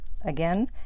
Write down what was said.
again